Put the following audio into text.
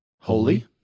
Holy